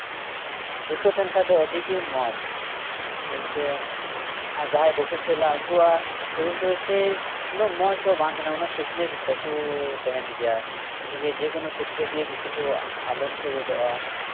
ᱡᱩᱠᱛᱚ ᱛᱟᱦᱮᱸᱱ ᱠᱷᱟᱡ ᱫᱚ ᱟᱹᱰᱤ ᱜᱮ ᱢᱚᱸᱡ ᱡᱮᱭᱥᱮ ᱠᱮ ᱡᱟᱦᱟᱸᱭ ᱵᱟᱠᱚ ᱠᱷᱮᱞᱟ ᱩᱱᱠᱩᱣᱟᱜ ᱥᱚᱨᱤᱨ ᱫᱚ ᱩᱱᱟᱹᱜ ᱢᱚᱸᱡ ᱫᱚ ᱵᱟᱝ ᱛᱟᱦᱮᱸᱱᱟ ᱩᱱᱟᱹᱜ ᱯᱷᱤᱴᱱᱮᱥ ᱫᱚ ᱵᱟᱝ ᱛᱟᱦᱮᱸᱱ ᱜᱮᱭᱟ ᱡᱮᱭᱥᱮ ᱠᱮ ᱡᱮᱠᱳᱱᱳ ᱠᱷᱮᱛᱨᱮ ᱨᱮᱜᱮ ᱩᱱᱠᱩ ᱫᱚ ᱵᱤᱥᱤ ᱠᱚ ᱟᱞᱚᱱᱛᱚ ᱜᱚᱫᱚᱜᱼᱟ